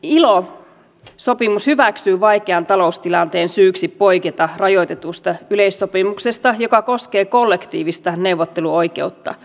ilo sopimus hyväksyy vaikean taloustilanteen syyksi poiketa rajoitetusti yleissopimuksesta joka koskee kollektiivista neuvotteluoikeutta